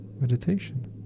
meditation